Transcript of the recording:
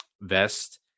vest